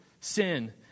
sin